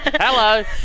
Hello